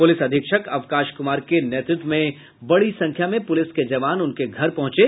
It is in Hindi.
पुलिस अधीक्षक अवकाश कुमार के नेतृत्व में बड़ी संख्या में पुलिस के जवान उनके घर पंहचे